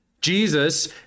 Jesus